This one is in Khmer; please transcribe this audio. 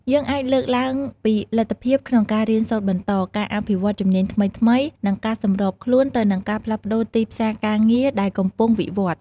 យើងអាចលើកឡើងពីលទ្ធភាពក្នុងការរៀនសូត្របន្ត ការអភិវឌ្ឍន៍ជំនាញថ្មីៗ និងការសម្របខ្លួនទៅនឹងការផ្លាស់ប្តូរទីផ្សារការងារដែលកំពុងវិវត្តន៍។